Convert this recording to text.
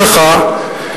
לא אומר לך,